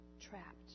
trapped